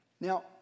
Now